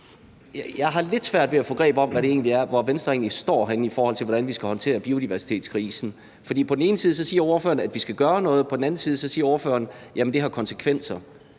jeg har lidt svært ved at få greb om, hvor Venstre egentlig står, i forhold til hvordan vi skal håndtere biodiversitetskrisen. For på den ene side siger ordføreren, at vi skal gøre noget, og på den anden side siger ordføreren, at det har konsekvenser.